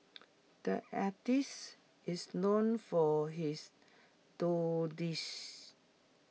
the artists is known for his doodles